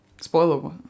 Spoiler